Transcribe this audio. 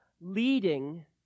leading